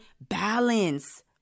balance